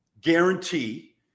guarantee